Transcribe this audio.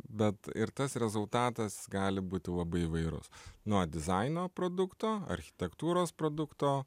bet ir tas rezultatas gali būti labai įvairus nuo dizaino produkto architektūros produkto